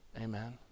Amen